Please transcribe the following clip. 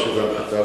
כתוב בהחלטה,